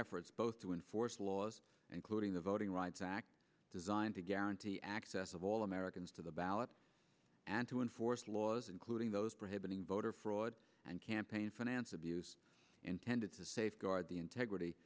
efforts both to enforce laws including the voting rights act designed to guarantee access of all americans to the ballot and to enforce laws including those prohibiting voter fraud and campaign finance abuse intended to safeguard the integrity